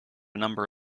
number